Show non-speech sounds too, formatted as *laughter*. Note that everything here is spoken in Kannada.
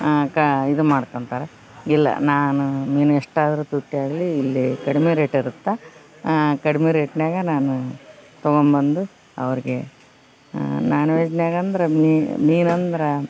ಕ ಇದು ಮಾಡ್ಕೊಂತಾರ ಇಲ್ಲ ನಾನು ಮೀನು ಎಷ್ಟು ಆದರೂ *unintelligible* ಇಲ್ಲಿ ಕಡಿಮೆ ರೇಟ್ ಇರುತ್ತೆ ಕಡಿಮೆ ರೇಟ್ನ್ಯಾಗ ನಾನು ತಗೊಂಡು ಬಂದು ಅವ್ರ್ಗೆ ನಾನು ವೆಜ್ನ್ಯಾಗ್ ಅಂದ್ರ ಮೀನಂದ್ರ